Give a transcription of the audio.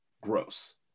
gross